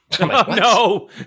No